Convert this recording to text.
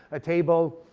a table.